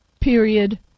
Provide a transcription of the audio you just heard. period